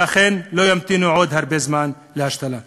שלא ימתינו עוד הרבה זמן להשתלה.